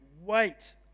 Wait